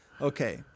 Okay